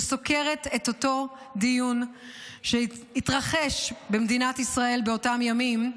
שסוקרת את אותו דיון שהתרחש במדינת ישראל באותם ימים.